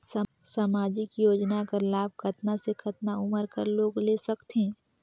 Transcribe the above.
समाजिक योजना कर लाभ कतना से कतना उमर कर लोग ले सकथे?